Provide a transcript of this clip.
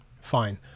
fine